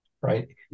right